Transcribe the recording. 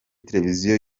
televiziyo